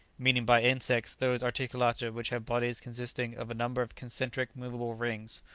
meaning by insects those articulata which have bodies consisting of a number of concentric movable rings,